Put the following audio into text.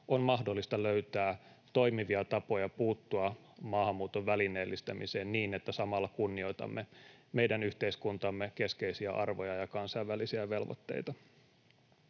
on mahdollista löytää toimivia tapoja puuttua maahanmuuton välineellistämiseen niin, että samalla kunnioitamme meidän yhteiskuntamme keskeisiä arvoja ja kansainvälisiä velvoitteita.